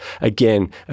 Again